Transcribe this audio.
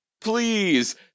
please